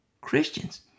Christians